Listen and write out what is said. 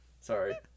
Sorry